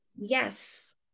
Yes